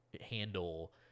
handle